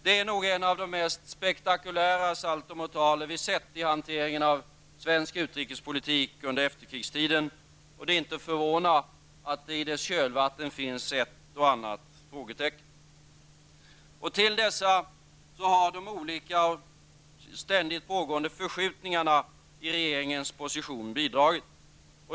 Det är nog en av de mest spektakulära saltomortaler vi sett i hanteringen av svensk utrikespolitik under efterkrigstiden. Det är inte förvånande att den föranlett ett och annat frågetecken. Till dessa har de olika och ständigt pågående förskjutningarna i regeringens position bidragit.